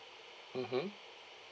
mmhmm